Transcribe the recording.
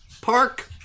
Park